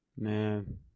Man